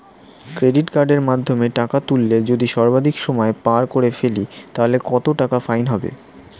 Credit কার্ডের মাধ্যমে টাকা তুললে যদি সর্বাধিক সময় পার করে ফেলি তাহলে কত টাকা ফাইন হবে?